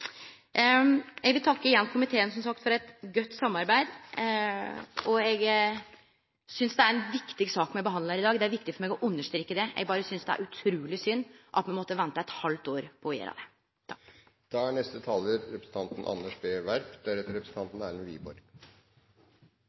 Eg vil igjen takke komiteen – som sagt – for eit godt samarbeid. Eg synest det er ei viktig sak me behandlar i dag – det er viktig for meg å understreke det – eg synest berre det er utruleg synd at me måtte vente eit halvt år på å gjere det. Jeg er